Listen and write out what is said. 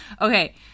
Okay